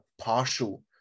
partial